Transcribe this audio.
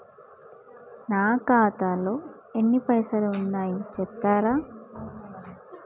నా ఖాతాలో ఎన్ని పైసలు ఉన్నాయి చెప్తరా?